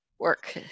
work